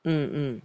mm mm